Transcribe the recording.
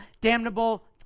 damnable